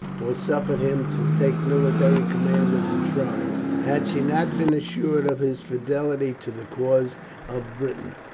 or suffered him to take military command of the tribe, had she not been assured of his fidelity to the cause of britain.